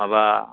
माबा